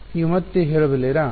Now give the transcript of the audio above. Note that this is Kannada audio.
ನೀವು ಮತ್ತೆ ಹೇಳಬಲ್ಲಿರಾ